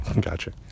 Gotcha